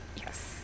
Yes